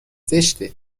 زشته